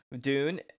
Dune